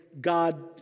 God